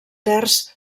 terç